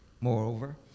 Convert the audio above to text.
moreover